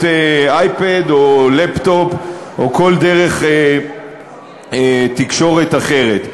אייפד או לפטופ או כל דרך תקשורת אחרת.